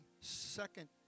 second